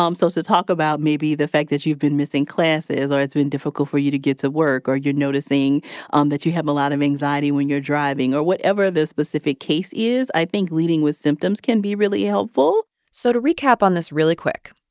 um so to talk about maybe the fact that you've been missing classes or it's been difficult for you to get to work or you're noticing um that you have a lot of anxiety when you're driving or whatever the specific case is, i think leading with symptoms can be really helpful so to recap on this really quick,